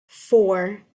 four